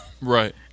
Right